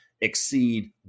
exceed